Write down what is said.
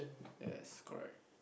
yes correct